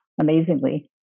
Amazingly